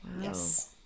Yes